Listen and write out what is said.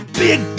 big